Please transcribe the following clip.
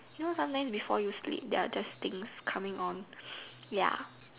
you know sometimes before you sleep there are just things coming on ya